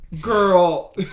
girl